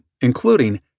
including